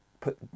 put